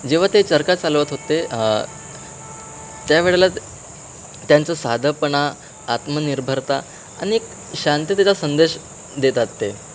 जेव्हा ते चरखा चालवत होते त्यावेळेला त्यांचं साधंपणा आत्मनिर्भरता आणि एक शांततेचा संदेश देतात ते